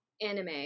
anime